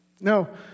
No